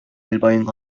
elbowing